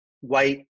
white